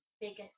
biggest